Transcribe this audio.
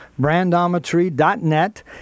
brandometry.net